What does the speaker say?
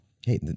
Hey